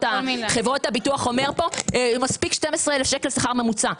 הביטוח מספיק 12,000 שקלים שכר ממוצע.